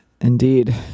Indeed